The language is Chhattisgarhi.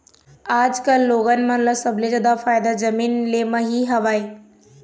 आजकल लोगन मन ल सबले जादा फायदा जमीन ले म ही हवय